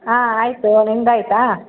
ಹಾಂ ಆಯಿತು ನಿಮ್ದು ಆಯಿತಾ